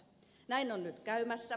näin on nyt käymässä